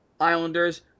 Islanders